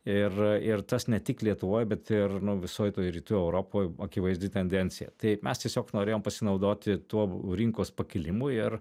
ir ir tas ne tik lietuvoj bet ir visoj toj rytų europoj akivaizdi tendencija tai mes tiesiog norėjom pasinaudoti tuo rinkos pakilimu ir